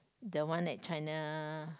the one at China